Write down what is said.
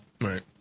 Right